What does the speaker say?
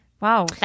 Wow